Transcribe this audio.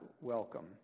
welcome